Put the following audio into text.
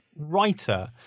writer